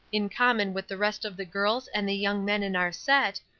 in common with the rest of the girls and the young men in our set,